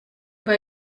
bei